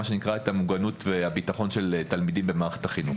המוגנות והביטחון של תלמידים במערכת החינוך.